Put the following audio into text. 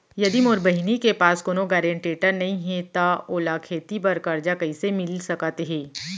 यदि मोर बहिनी के पास कोनो गरेंटेटर नई हे त ओला खेती बर कर्जा कईसे मिल सकत हे?